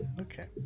Okay